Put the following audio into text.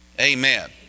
Amen